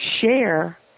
share